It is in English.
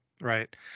right